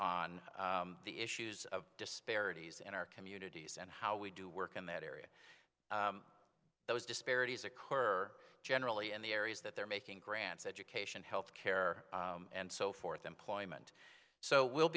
on the issues of disparities in our communities and how we do work in that area those disparities occur generally and the areas that they're making grants education health care and so forth employment so we'll